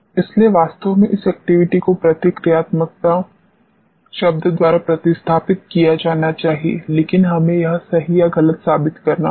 इसलिए वास्तव में इस एक्टिविटी को प्रतिक्रियात्मकता शब्द द्वारा प्रतिस्थापित किया जाना चाहिए लेकिन हमें यह सही या गलत साबित करना होगा